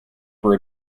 for